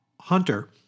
hunter